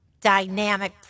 Dynamic